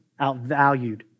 outvalued